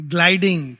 Gliding